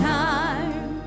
time